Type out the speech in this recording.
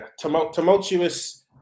tumultuous